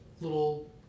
little